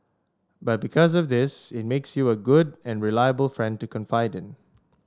but because of this it makes you a good and reliable friend to confide in